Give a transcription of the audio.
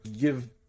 give